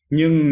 Nhưng